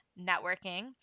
networking